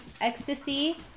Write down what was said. ecstasy